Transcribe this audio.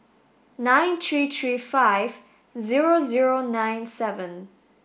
nine three three five zero zero nine seven